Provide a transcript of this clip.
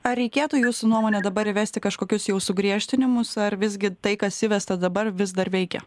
ar reikėtų jūsų nuomone dabar įvesti kažkokius jau sugriežtinimus ar visgi tai kas įvesta dabar vis dar veikia